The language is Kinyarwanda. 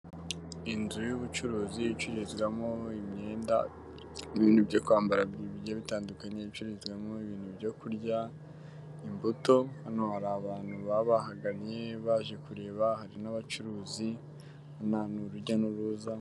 Inzu y'ubucuruzi icururizwamo imyenda, ibintu byo kwambara bigiye bitandukanye, ricururizwamo ibintu byo kurya, imbuto, hano hari abantu baba bahagannye baje kureba, hari n'abacuruzi, hari urujya n'uruza.